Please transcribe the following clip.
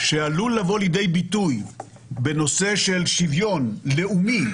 שעלול לבוא לידי ביטוי בנושא של שוויון לאומי,